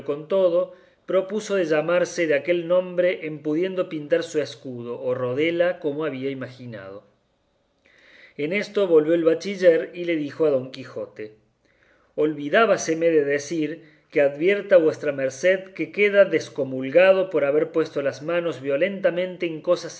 todo propuso de llamarse de aquel nombre en pudiendo pintar su escudo o rodela como había imaginado en esto volvió el bachiller y le dijo a don quijote olvidábaseme de decir que advierta vuestra merced que queda descomulgado por haber puesto las manos violentamente en cosa